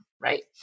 right